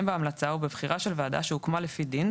בהמלצה או בבחירה של ועדה שהוקמה לפי דין,